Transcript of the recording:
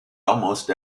almost